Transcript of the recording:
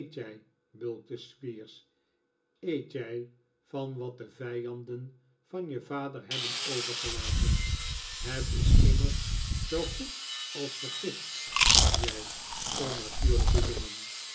eet jij van wat de vijanden van je vader hebben overgelaten het is immers zoo goed als vergift jij onnatuurlijke jongen